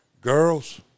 Girls